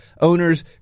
owners